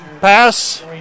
pass